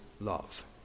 love